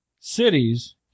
cities